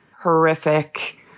horrific